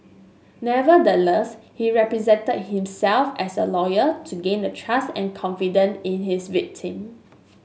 nevertheless he represented himself as a lawyer to gain the trust and confidence in his victim